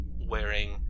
wearing